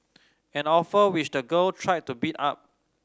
an offer which the girl tried to beat up